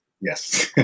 Yes